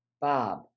Bob